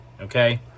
Okay